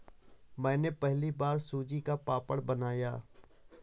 मैंने पहली बार सूजी का पापड़ बनाया